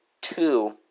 two